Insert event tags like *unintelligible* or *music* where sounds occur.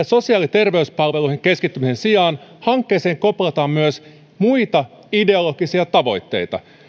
*unintelligible* sosiaali ja terveyspalveluihin keskittymisen sijaan hankkeeseen koplataan myös muita ideologisia tavoitteita